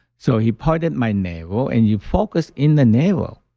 so, he point at my navel, and you focus in the navel.